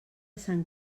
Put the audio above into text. sant